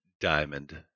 diamond